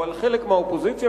או על חלק מהאופוזיציה,